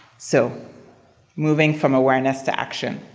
so moving from awareness to action.